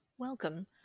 Welcome